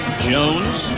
jones